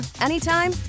anytime